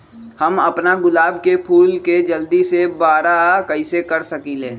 हम अपना गुलाब के फूल के जल्दी से बारा कईसे कर सकिंले?